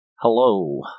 Hello